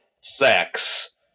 sex